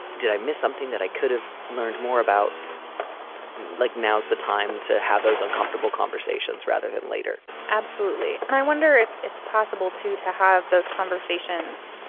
did i miss something that i could have learned more about like now's the time to have those uncomfortable conversations rather than later absolutely. and i wonder if it's possible to to have those conversations.